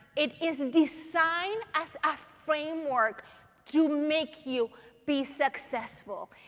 it is designed as a framework to make you be successful.